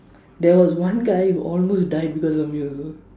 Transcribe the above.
there was one guy who almost died because of me also